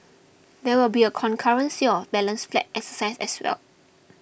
there will be a concurrent sale balance flats exercise as well